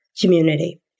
community